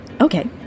Okay